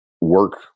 work